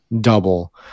double